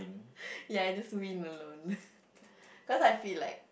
ya just win alone cause I feel like